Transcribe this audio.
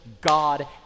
God